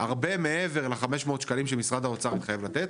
הרבה מעבר ל-500 שקלים שמשרד האוצר מתחייב לתת.